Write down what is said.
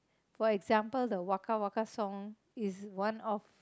for example the Waka Waka song is one of